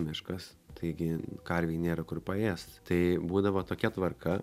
miškas taigi karvei nėra kur paėst tai būdavo tokia tvarka